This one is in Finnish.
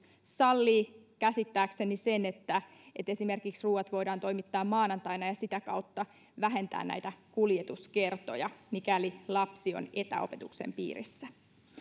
sallii käsittääkseni sen että että esimerkiksi ruuat voidaan toimittaa maanantaina ja sitä kautta vähentää näitä kuljetuskertoja mikäli lapsi on etäopetuksen piirissä